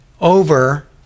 over